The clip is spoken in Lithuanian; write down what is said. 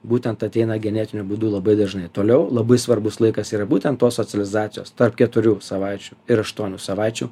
būtent ateina genetiniu būdu labai dažnai toliau labai svarbus laikas yra būtent tos socializacijos tarp keturių savaičių ir aštuonių savaičių